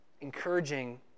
encouraging